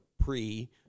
pre